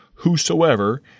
whosoever